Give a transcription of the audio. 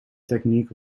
technique